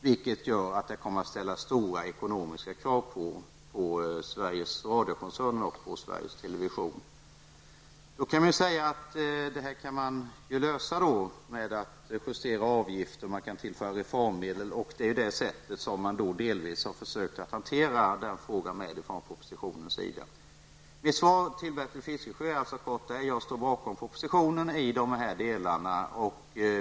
Detta kommer att ställa stora ekonomiska krav på både Sveriges Radio-koncernen och Sveriges Man kan säga att dessa problem kan lösas genom att man justerar avgifterna och tillför reformmedel. På det sättet har man försökt hantera frågan i propositionen. Mitt svar till Bertil Fiskesjö är alltså kort: Jag står bakom propositionen i dessa delar.